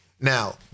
Now